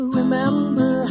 remember